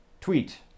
tweet